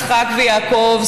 יצחק ויעקב,